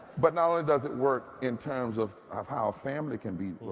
but not only does it work in terms of of how family can be,